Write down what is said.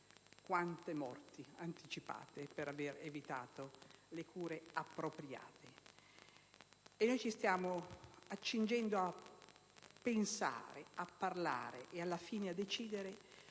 Quante morti anticipate per aver evitato le cure appropriate! Ci stiamo accingendo a pensare, a parlare, e alla fine a decidere,